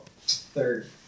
Third